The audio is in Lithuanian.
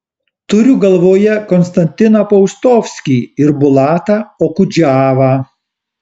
turiu galvoje konstantiną paustovskį ir bulatą okudžavą